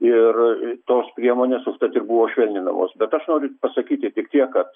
ir tos priemonės užtat ir buvo švelninamos bet aš noriu pasakyti tik tiek kad